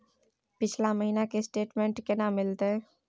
पिछला महीना के स्टेटमेंट केना मिलते?